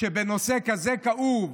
שבנושא כזה כאוב,